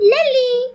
Lily